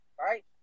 right